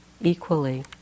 equally